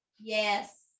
yes